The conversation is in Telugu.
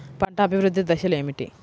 పంట అభివృద్ధి దశలు ఏమిటి?